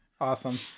Awesome